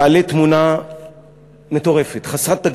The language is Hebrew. מעלה תמונה מטורפת, חסרת תקדים,